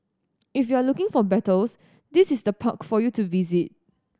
if you're looking for battles this is the park for you to visit